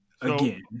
Again